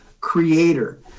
creator